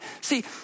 see